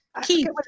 Keith